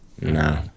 No